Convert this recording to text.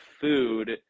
food